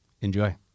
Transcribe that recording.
Enjoy